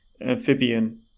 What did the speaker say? amphibian